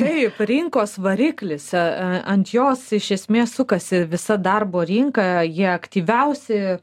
taip rinkos variklis ant jos iš esmės sukasi visa darbo rinka jie aktyviausi